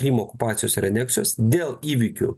krymo okupacijos ir aneksijos dėl įvykių